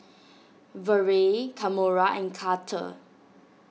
Vere Kamora and Carter